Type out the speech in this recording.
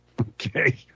Okay